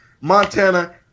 Montana